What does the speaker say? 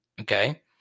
Okay